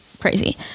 crazy